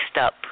up